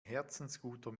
herzensguter